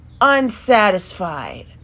unsatisfied